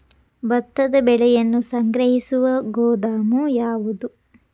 ಭತ್ತದ ಬೆಳೆಯನ್ನು ಸಂಗ್ರಹಿಸುವ ಗೋದಾಮು ಯಾವದು?